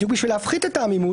בדיוק בשביל להפחית את העמימות,